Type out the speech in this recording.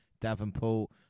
Davenport